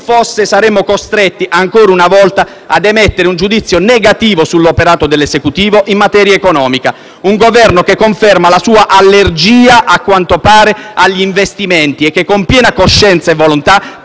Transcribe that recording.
fosse, saremmo costretti, ancora una volta, ad emettere un giudizio negativo sull'operato dell'Esecutivo in materia economica. Un Governo che conferma la sua allergia, a quanto pare, agli investimenti e che, con piena coscienza e volontà,